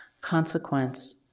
consequence